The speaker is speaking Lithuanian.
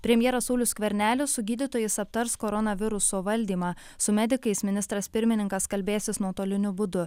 premjeras saulius skvernelis su gydytojais aptars koronaviruso valdymą su medikais ministras pirmininkas kalbėsis nuotoliniu būdu